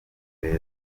beza